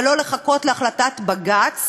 ולא לחכות להחלטת בג"ץ